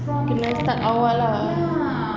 kena start awal lah